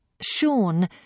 Sean